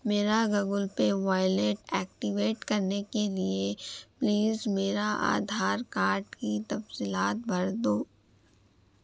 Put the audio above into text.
میرا Google Pay wallet activate کرنے کے لیے پلیز میرا آدھار کارڈ کی تفصیلات بھر دو